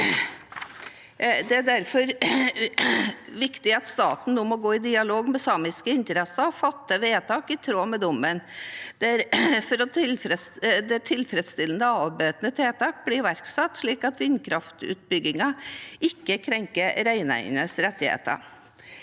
Det er derfor viktig at staten nå må gå i dialog med samiske interesser og fatte vedtak i tråd med dommen der tilfredsstillende avbøtende tiltak blir iverksatt, slik at vindkraftutbyggingen ikke krenker reineiernes rettigheter.